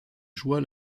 joie